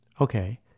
Okay